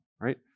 right